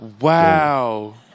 Wow